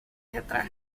teatral